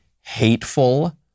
hateful